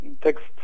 text